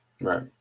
Right